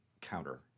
counter